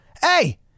Hey